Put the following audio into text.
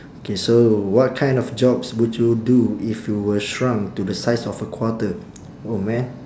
okay so what kind of jobs would you do if you were shrunk to the size of a quarter oh man